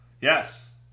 Yes